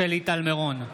שלי טל מירון,